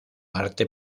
arte